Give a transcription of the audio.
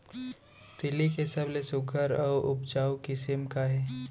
तिलि के सबले सुघ्घर अऊ उपजाऊ किसिम का हे?